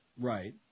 Right